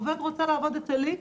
עובד רוצה לעבוד אצל X,